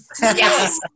Yes